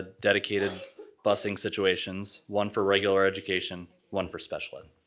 ah dedicated busing situations. one for regular education, one for special ed.